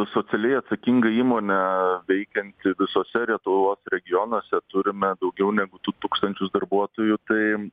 socialiai atsakinga įmonė veikianti visuose lietuvos regionuose turime daugiau negu du tūkstančius darbuotojų tai